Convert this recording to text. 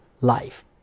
life